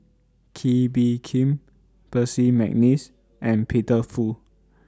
Kee Bee Khim Percy Mcneice and Peter Fu